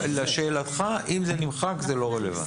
לשאלתך אם זה נמחק, זה לא רלוונטי.